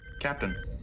Captain